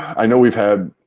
i know we've had.